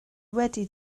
wedi